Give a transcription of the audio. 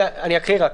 אני רק אקרא.